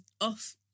off